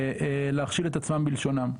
ולהכשיל את עצמם בלשונם,